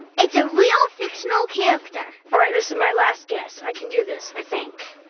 it's a real fictional character. all right this is my last guess, i can do this, i think.